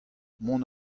mont